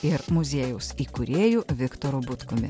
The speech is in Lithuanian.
ir muziejaus įkūrėju viktoru butkumi